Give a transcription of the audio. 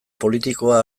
politikoa